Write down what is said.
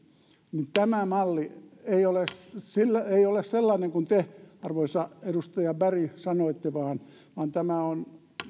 tämä malli ei ole sellainen kuin te arvoisa edustaja berg sanoitte vaan vaan tämä on